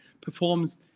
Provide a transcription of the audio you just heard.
performs